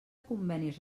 convenis